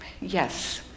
Yes